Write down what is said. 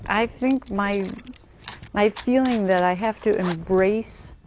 i think my my feeling that i have to embrace